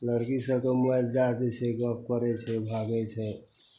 लड़की सभकेँ मोबाइल दै दै छै गप करै छै भागै छै